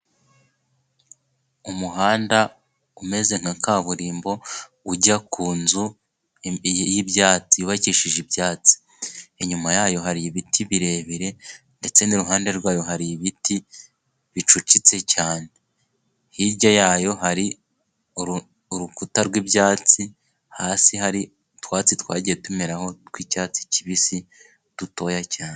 Imuhanda umeze nka kaburimbo ujya ku nzu y'ibyatsi yubakishije ibyatsi inyuma yayo hari ibiti birebire ndetse n'ruhande rwayo hari ibiti bicucitse cyane hirya yayo hari urukuta rw'ibyatsi hasi hari utwatsi twagiye tumeraraho tw'icyatsi kibisi dutoya cyane.